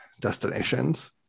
destinations